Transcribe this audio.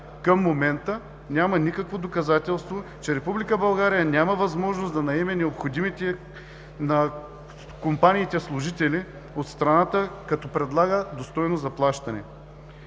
Към момента няма никакво доказателство, че Република България няма възможност да наеме необходимите на компаниите служители от страната, като предлага достойно заплащане.